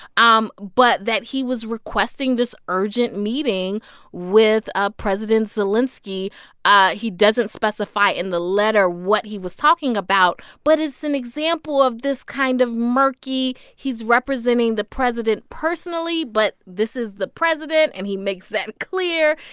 um but that he was requesting this urgent meeting with ah president zelenskiy ah he doesn't specify in the letter what he was talking about, but it's an example of this kind of murky he's representing the president personally, but this is the president, and he makes that clear.